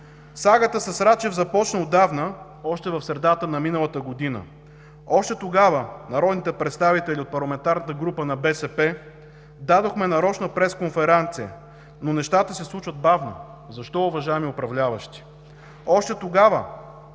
Сагата с Рачев започна отдавна, още в средата на миналата година. Още тогава народните представители от парламентарната група на БСП дадохме нарочна пресконференция, но нещата се случват бавно. Защо, уважаеми управляващи? Още тогава